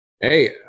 hey